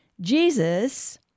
Jesus